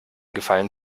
gefallen